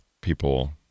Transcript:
people